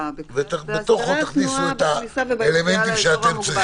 בהסדרי התנועה בכניסה וביציאה לאזור המוגבל.